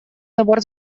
забор